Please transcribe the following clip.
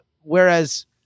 whereas